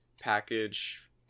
package